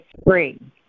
spring